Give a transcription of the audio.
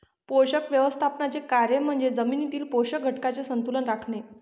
पोषक व्यवस्थापनाचे कार्य म्हणजे जमिनीतील पोषक घटकांचे संतुलन राखणे